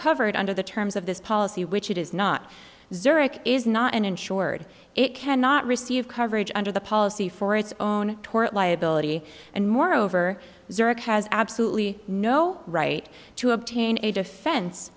covered under the terms of this policy which it is not zurich is not an insured it cannot receive coverage under the policy for its own tort liability and moreover zurich has absolutely no right to obtain a defense